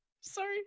sorry